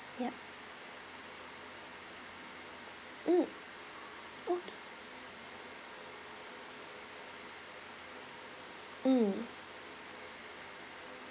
yup mm okay mm